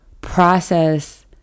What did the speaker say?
process